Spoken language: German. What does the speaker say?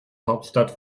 hauptstadt